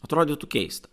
atrodytų keista